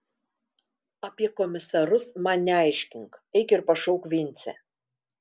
apie komisarus man neaiškink eik ir pašauk vincę